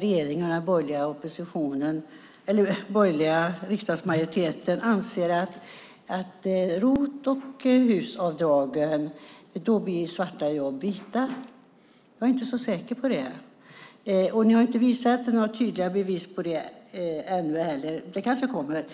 regeringen och den borgerliga riksdagsmajoriteten anser att ROT och RUT-avdragen, alltså HUS-avdragen, gör att svarta jobb blir vita. Jag är inte så säker på det. Ni har inte presenterat några tydliga bevis på det ännu heller. Det kanske kommer.